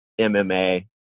MMA